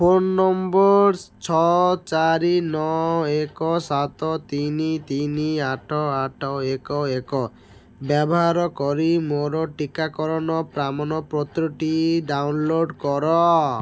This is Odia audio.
ଫୋନ୍ ନମ୍ବର୍ ଛଅ ଚାରି ନଅ ଏକ ସାତ ତିନି ତିନି ଆଠ ଆଠ ଏକ ଏକ ବ୍ୟବହାର କରି ମୋର ଟିକାକରନ ପ୍ରାମନପତ୍ରଟି ଡାଉନଲୋଡ଼୍ କର